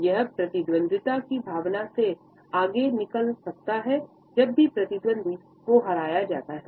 यह प्रतिद्वंद्विता की भावना से आगे निकल सकता है जब भी प्रतिद्वंद्वी को हराया जाता है